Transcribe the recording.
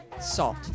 salt